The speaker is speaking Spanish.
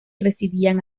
residían